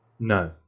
No